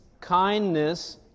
kindness